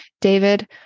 David